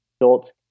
adults